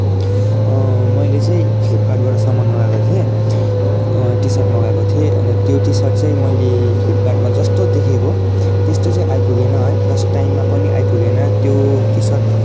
मैले चाहिँ फ्लिपकार्टबाट सामान मँगाएको थिएँ टी सर्ट मँगाएको थिएँ अन्त त्यो टी सर्ट चाहिँ मैले फ्लिपकार्टमा जस्तो देखेको त्यस्तो चाहिँ आइपुगेन है प्लस टाइममा पनि आइपुगेन त्यो टी सर्ट